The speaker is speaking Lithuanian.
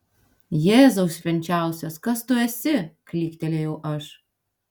jėzau švenčiausias kas tu esi klyktelėjau aš